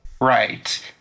right